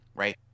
Right